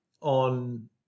on